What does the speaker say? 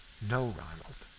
no, ronald,